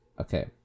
Okay